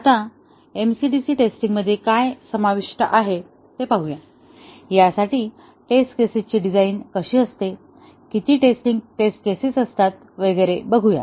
आता MCDC testing मध्ये काय समाविष्ट आहे ते पाहूया यासाठी टेस्ट केसेसची डिझाईन कशी असते किती टेस्टिंग केसेस असतात वगैरे बघूया